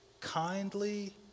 kindly